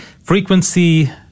Frequency